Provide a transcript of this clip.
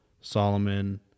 Solomon